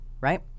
right